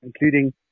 including